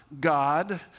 God